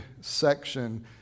section